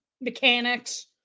mechanics